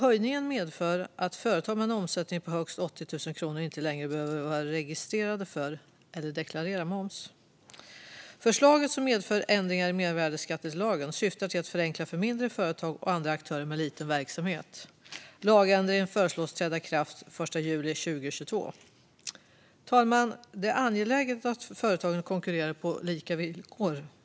Höjningen medför att företag med en omsättning på högst 80 000 kronor inte längre behöver vara registrerade för eller deklarera moms. Förslaget, som medför ändringar i mervärdesskattelagen, syftar till att förenkla för mindre företag och andra aktörer med liten verksamhet. Lagändringen föreslås träda i kraft den 1 juli 2022. Herr talman! Det är angeläget att företagen konkurrerar på lika villkor.